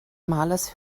malers